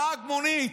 נהג מונית,